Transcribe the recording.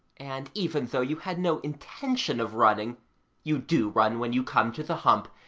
and even though you had no intention of running you do run when you come to the hump,